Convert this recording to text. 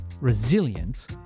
resilience